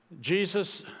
Jesus